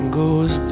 goes